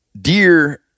Deer